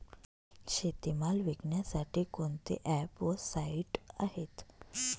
शेतीमाल विकण्यासाठी कोणते ॲप व साईट आहेत?